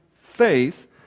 faith